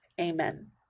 Amen